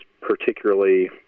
particularly